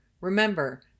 Remember